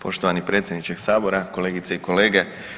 Poštovani predsjedniče sabora, kolegice i kolege.